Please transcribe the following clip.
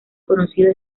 conocido